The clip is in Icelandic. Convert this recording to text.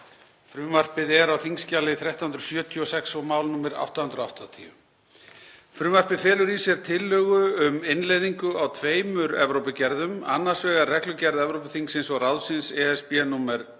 Frumvarpið er á þskj. 1376 og er mál nr. 880. Frumvarpið felur í sér tillögu um innleiðingu á tveimur Evrópugerðum, annars vegar reglugerð Evrópuþingsins og ráðsins ESB, nr.